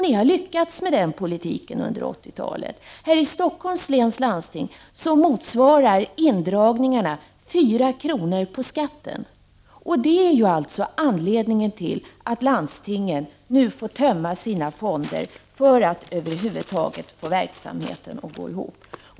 Ni har lyckats med den politiken under 80-talet. Här i Stockholms läns landsting motsvarar indragningarna 4 kr. på skatten. Det är alltså anledningen till att landstingen nu får tömma sina fonder för att över huvud taget få verksamheten att gå ihop.